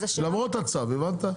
למרות הצו, הבנת?